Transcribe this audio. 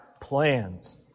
plans